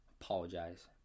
apologize